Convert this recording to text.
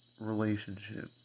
relationship